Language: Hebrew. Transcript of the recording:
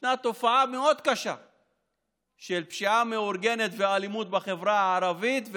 ישנה תופעה מאוד קשה של פשיעה מאורגנת ואלימות בחברה הערבית,